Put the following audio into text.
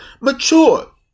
mature